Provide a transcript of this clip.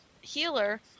healer